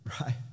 right